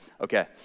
okay